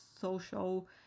social